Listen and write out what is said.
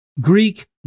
Greek